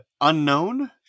Unknown